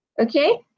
Okay